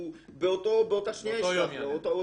הוא באותה שניה ישלח לו, אותו יום.